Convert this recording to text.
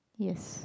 yes